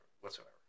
whatsoever